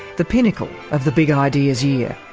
the pinnacle of the big ideas year.